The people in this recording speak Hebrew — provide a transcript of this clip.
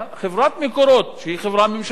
חברת "מקורות" שהיא חברה ממשלתית,